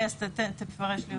אז תפרש לי אותו.